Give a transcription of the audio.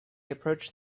approached